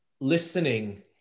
listening